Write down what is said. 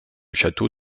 château